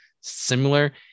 similar